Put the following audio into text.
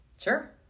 Sure